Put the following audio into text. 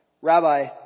Rabbi